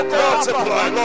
multiply